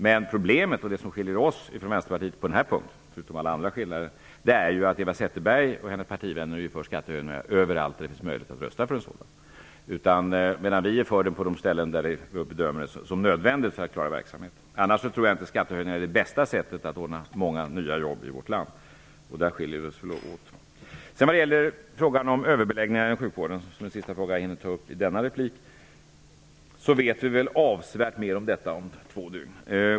Men problemet och det som skiljer oss från Vänsterpartiet på den här punkten -- förutom alla andra skillnader -- är att Eva Zetterberg och hennes partivänner är för skattehöjningar överallt där det finns möjligheter att rösta för sådana. Vi däremot är för skattehöjningar på de ställen där vi bedömer dem som nödvändiga för att klara verksamheten. För övrigt tror jag inte att skattehöjningar är det bästa sättet att ordna många nya jobb i vårt land. Där skiljer vi oss väl åt. Frågan om överbeläggningar inom sjukvården är den sista frågan som jag hinner med i denna replik. Vi vet väl avsevärt mera om detta om två dygn.